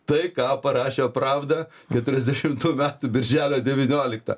tai ką parašė pravda keturiasdešimtų metų birželio devynioliktą